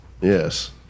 Yes